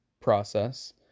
process